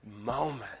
moment